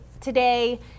today